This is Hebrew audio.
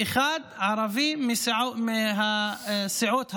ערבי אחד, מהסיעות הערביות.